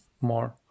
more